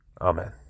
Amen